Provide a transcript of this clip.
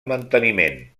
manteniment